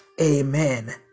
Amen